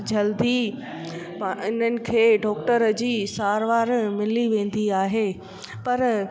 जल्दी मां उन्हनि खे डॉक्टर जी सार वार मिली वेंदी आहे पर